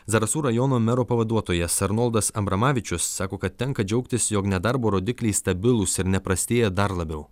zarasų rajono mero pavaduotojas arnoldas abramavičius sako kad tenka džiaugtis jog nedarbo rodikliai stabilūs ir neprastėja dar labiau